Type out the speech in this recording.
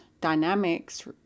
dynamics